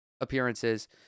appearances